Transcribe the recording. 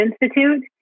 Institute